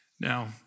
Now